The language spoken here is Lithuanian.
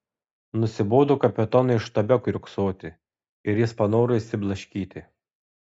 nusibodo kapitonui štabe kiurksoti ir jis panoro išsiblaškyti